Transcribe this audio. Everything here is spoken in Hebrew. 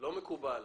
לא מקובל.